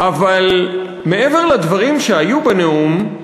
אבל מעבר לדברים שהיו בנאום,